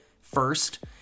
first